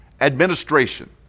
administration